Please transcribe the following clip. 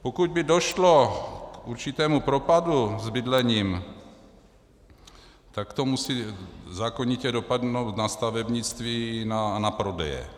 Pokud by došlo k určitému propadu s bydlením, tak to musí zákonitě dopadnout na stavebnictví a na prodeje.